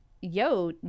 yo